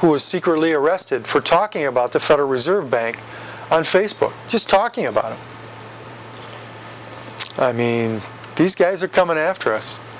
who was secretly arrested for talking about the federal reserve bank on facebook just talking about i mean these guys are coming after us